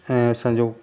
ऐं असांजो